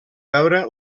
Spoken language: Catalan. veure